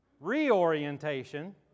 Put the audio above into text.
Reorientation